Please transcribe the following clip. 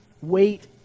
weight